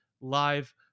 live